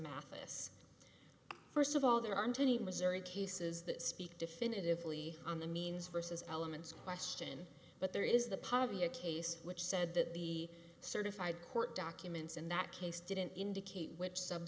mathis first of all there aren't any missouri cases that speak definitively on the means vs elements question but there is the poverty a case which said that the certified court documents in that case didn't indicate which